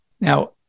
Now